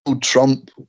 Trump